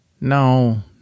No